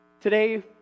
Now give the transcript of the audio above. Today